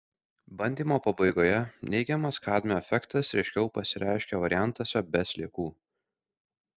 bandymo pabaigoje neigiamas kadmio efektas ryškiau pasireiškė variantuose be sliekų